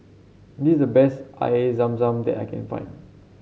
this is the best Air Zam Zam that I can find